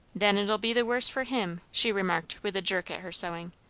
then it'll be the worse for him! she remarked with a jerk at her sewing.